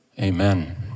Amen